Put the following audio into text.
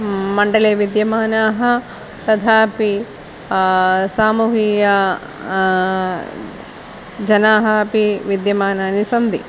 मण्डले विद्यमानाः तथापि सामूहीय जनाः अपि विद्यमानानि सन्ति